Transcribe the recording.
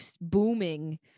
booming